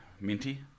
Minty